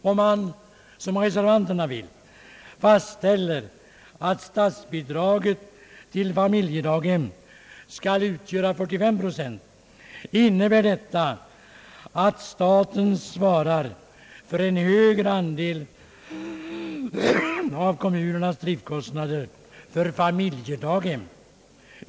Om man, som reservanterna vill, fastställer att statsbidraget till familjedaghem skall utgöra 45 procent, innebär detta att staten svarar för en högre andel av kommunernas driftkostnader för familjedaghem.